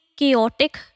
chaotic